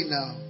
now